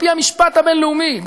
על-פי המשפט הבין-לאומי,